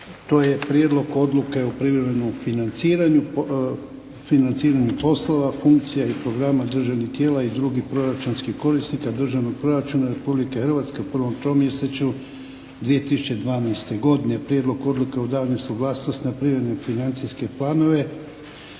Prijedlog odluke o privremenom financiranju poslova, funkcija i programa državnih tijela i drugih proračunskih korisnika Državnog proračuna Republike Hrvatske u prvom tromjesečju 2012. godine Prijedlog odluka o davanju suglasnosti na privremene funkcijske planove